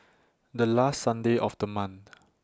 The last Sunday of The month